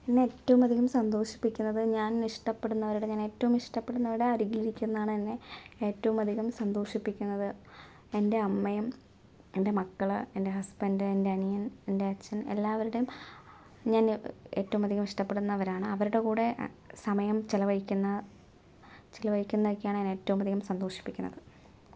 എന്നേ ഏറ്റവുമധികം സന്തോഷിപ്പിക്കുന്നത് ഞാനിഷ്ടപ്പെടുന്നവരുടെ ഞാനേറ്റവും ഇഷ്ടപ്പെടുന്നവരുടെ അരികില് ഇരിക്കുന്നതാണ് എന്നേ ഏറ്റവും അധികം സന്തോഷിപ്പിക്കുന്നത് എന്റെ അമ്മയും എന്റെ മക്കള് എന്റെ ഹസ്ബന്ഡ് എന്റെ അനിയന് എന്റെ അച്ഛന് എല്ലാവരുടെയും ഞാന് ഏറ്റവുമധികം ഇഷ്ടപ്പെടുന്നവരാണ് അവരുടെ കൂടേ സമയം ചെലവഴിക്കുന്ന ചെലവഴിക്കുന്നതൊക്കെയാണ് എന്നെ ഏറ്റവും അധികം സന്തോഷിപ്പിക്കുന്നത്